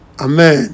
Amen